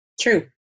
True